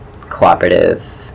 cooperative